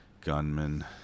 gunman